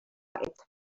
its